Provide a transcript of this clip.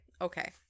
Okay